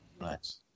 nice